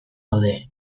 gaude